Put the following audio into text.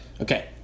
Okay